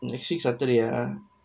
next week saturday ah